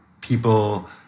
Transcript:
people